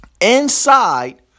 inside